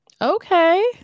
Okay